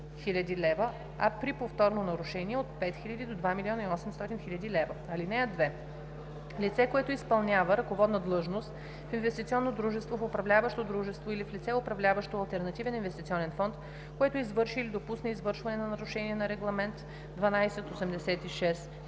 лв. (2) Лице, което изпълнява ръководна длъжност в инвестиционно дружество, в управляващо дружество или в лице, управляващо алтернативен инвестиционен фонд, което извърши или допусне извършване на нарушение на Регламент (ЕС)